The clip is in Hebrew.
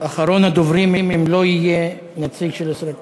אחרון הדוברים, אם לא יהיה נציג של ישראל ביתנו.